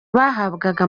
bahabwaga